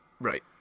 Right